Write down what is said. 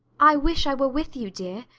i wish i were with you, dear,